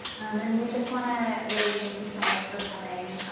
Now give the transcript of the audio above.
and we just want to really thank you so much for coming.